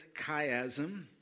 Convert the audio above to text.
chiasm